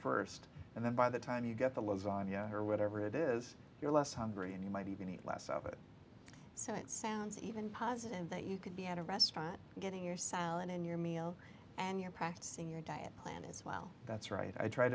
first and then by the time you get the lasagna or whatever it is you're less hungry and you might even eat less of it so it sounds even positive that you could be at a restaurant getting your salad and your meal and you're practicing your diet plan is well that's